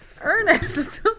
Ernest